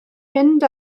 mynd